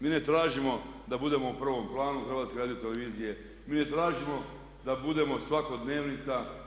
Mi ne tražimo da budemo u prvom planu HRT-a, mi ne tražimo da budemo svakodnevica.